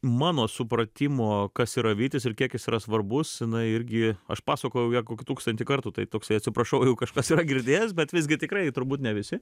mano supratimo kas yra vytis ir kiek is yra svarbus jinai irgi aš pasakojau kokį tūkstantį kartų tai toksai atsiprašau jau kažkas yra girdėjęs bet visgi tikrai turbūt ne visi